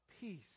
peace